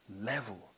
level